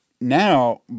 now